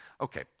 Okay